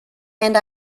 and